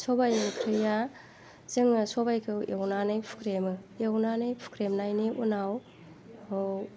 सबाइ ओंख्रिया जोङो सबाइखौ एवनानै फुख्रेमो एवनानै फुख्रेमनायनि उनाव बेखौ